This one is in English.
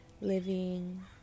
living